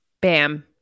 Bam